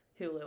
Hulu